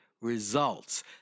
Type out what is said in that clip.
results